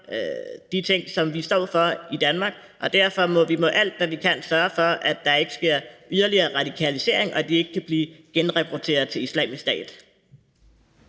de ting, som vi står for i Danmark. Derfor må vi med alt, hvad vi kan, sørge for, at der ikke sker yderligere radikalisering og de ikke kan blive genrekrutteret til Islamisk Stat.